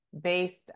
based